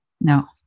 No